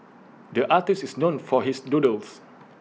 the artist is known for his doodles